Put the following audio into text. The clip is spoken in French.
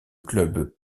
club